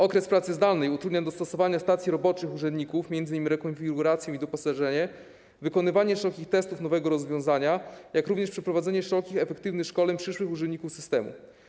Okres pracy zdalnej utrudnia dostosowanie stacji roboczych urzędników, m.in. rekonfigurację i doposażenie, wykonywanie szerokich testów nowego rozwiązania, jak również przeprowadzenie szerokich i efektywnych szkoleń przyszłych użytkowników systemu.